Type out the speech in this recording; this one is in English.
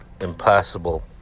impossible